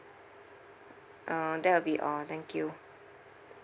uh that will be all thank you